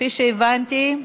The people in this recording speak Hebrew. כפי שהבנתי,